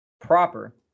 proper